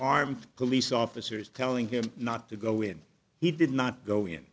armed police officers telling him not to go in he did not go in